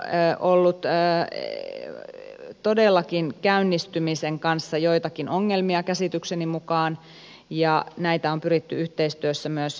on ollut todellakin käynnistymisen kanssa joitakin ongelmia käsitykseni mukaan ja näitä on pyritty yhteistyössä myös ratkaisemaan